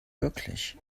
wirklich